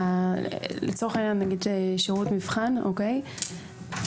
לצורך העניין נגיד ששירות מבחן הוא לא